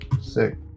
Sick